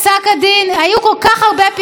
היו כל כך הרבה פסקי דין: